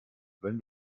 wenn